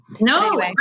No